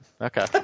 Okay